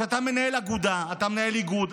כשאתה מנהל אגודה, אתה מנהל איגוד,